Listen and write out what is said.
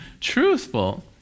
truthful